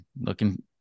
looking